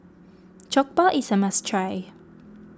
Jokbal is a must try